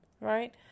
right